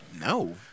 No